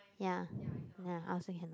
ya ya I also cannot